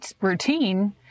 routine